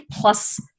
plus